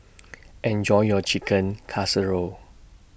Enjoy your Chicken Casserole